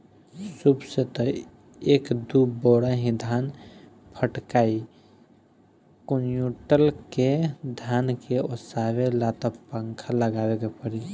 सूप से त एक दू बोरा ही धान फटकाइ कुंयुटल के धान के ओसावे ला त पंखा लगावे के पड़ी